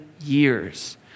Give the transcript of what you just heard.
years